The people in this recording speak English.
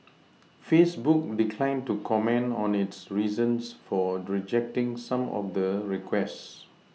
Facebook declined to comment on its reasons for rejecting some of the requests